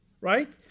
right